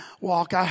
walk